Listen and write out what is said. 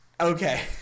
Okay